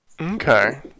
Okay